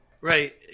right